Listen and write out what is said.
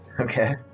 Okay